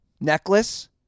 necklace